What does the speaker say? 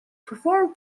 performed